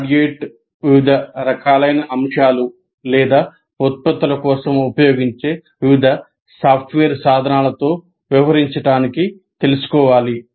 graduate వివిధ రకాలైన అంశాలు లేదా ఉత్పత్తుల కోసం ఉపయోగించే వివిధ సాఫ్ట్వేర్ సాధనాలతో వ్యవహరించడానికి తెలుసుకోవాలి